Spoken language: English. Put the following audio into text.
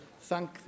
thank